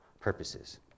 purposes